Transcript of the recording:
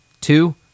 two